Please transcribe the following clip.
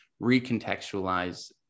recontextualize